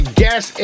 guess